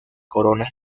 corona